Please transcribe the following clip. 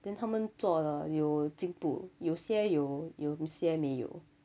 then 他们做的有进步有些有有些没有